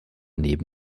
neben